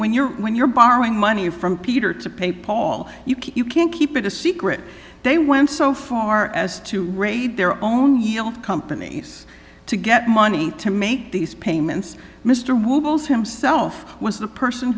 when you're when you're borrowing money from peter to pay paul you can't keep it a secret they went so far as to raid their own yield companies to get money to make these payments mr woolsey himself was the person